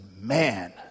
man